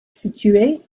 située